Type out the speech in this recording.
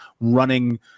running